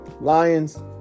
Lions